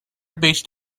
based